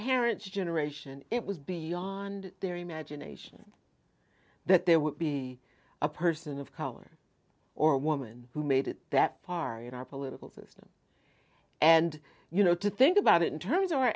parents generation it was beyond their imagination that there would be a person of color or woman who made it that far you know our political system and you know to think about it in terms of our